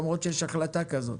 למרות שיש החלטה כזאת.